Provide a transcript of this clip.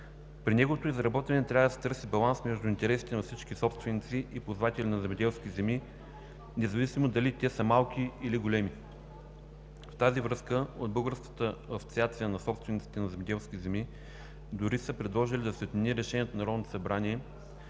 При неговото изработване трябва да се търси баланс между интересите на всички собственици и ползватели на земеделски земи, независимо дали те са малки, или големи. В тази връзка от Българската асоциация на собствениците на земеделски земи дори са предложили да се отмени Решението на Народното събрание,